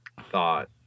thought